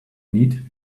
need